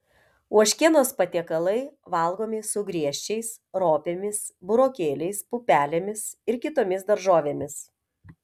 ožkienos patiekalai valgomi su griežčiais ropėmis burokėliais pupelėmis ir kitomis daržovėmis